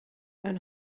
een